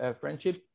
friendship